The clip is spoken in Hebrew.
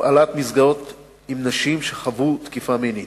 הפעלת מסגרות עם נשים שחוו תקיפה מינית.